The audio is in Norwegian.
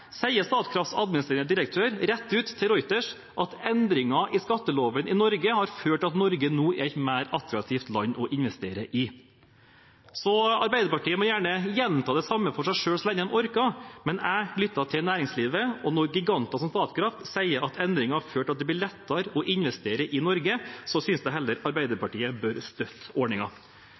et mer attraktivt land å investere i. Så Arbeiderpartiet må gjerne gjenta det samme for seg selv så lenge de orker, men jeg lytter til næringslivet, og når giganter som Statkraft sier at endringen har ført til at det blir lettere å investere i Norge, synes jeg heller Arbeiderpartiet bør støtte